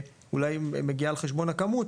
אולי מגיעה על חשבון הכמות,